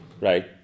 right